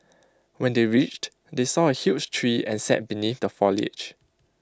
when they reached they saw A huge tree and sat beneath the foliage